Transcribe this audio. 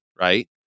right